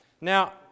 Now